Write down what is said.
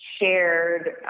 shared